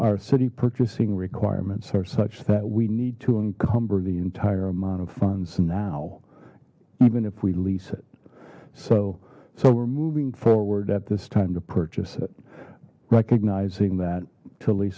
our city purchasing requirements are such that we need to encumber the entire amount of funds now even if we lease it so so we're moving forward at this time to purchase it recognizing that to